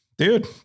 Dude